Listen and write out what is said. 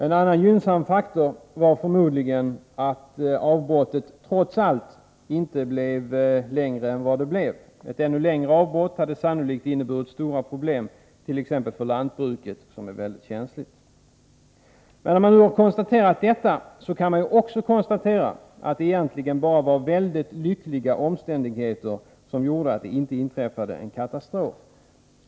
En annan gynnsam faktor var förmodligen att avbrottet trots allt inte varade längre än det nu gjorde. Ett ännu längre avbrott hade sannolikt inneburit stora problem, t.ex. för lantbruket, som är mycket känsligt. När vi nu har konstaterat detta kan vi också konstatera att det egentligen bara var mycket lyckliga omständigheter som gjorde att det inte inträffade en katastrof.